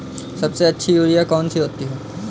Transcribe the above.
सबसे अच्छी यूरिया कौन सी होती है?